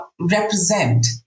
represent